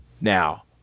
Now